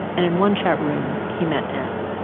and in one chat room, he met m,